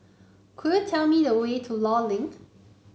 could you tell me the way to Law Link